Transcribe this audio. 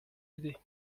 aider